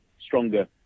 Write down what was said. stronger